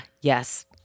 Yes